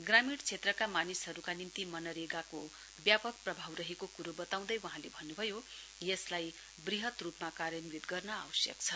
ग्रामीण क्षेत्रका मानिसहरुका निम्ति मनरेगाको व्यापक प्रभाव रहेको कुरो बताउँदै वहाँले भन्नुभयो यसलाई वृहत रुपमा कार्यन्वित गर्न आवश्यक छ